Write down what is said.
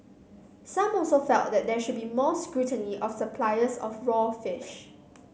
some also felt that there should be more scrutiny of suppliers of raw fish